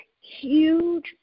huge